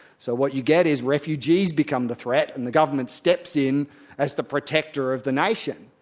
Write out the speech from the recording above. so what you get is refugees become the threat and the government steps in as the protector of the nation.